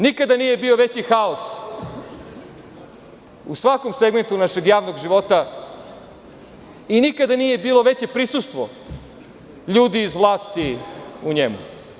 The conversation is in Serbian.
Nikada nije bio veći haos u svakom segmentu našeg javnog života i nikada nije bilo veće prisustvo ljudi iz vlasti u njemu.